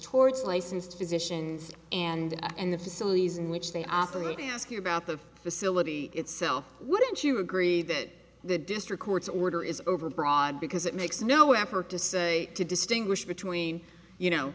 towards licensed physicians and the facilities in which they operate and ask you about the facility itself wouldn't you agree that the district court's order is overbroad because it makes no effort to say to distinguish between you know